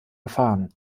gefahren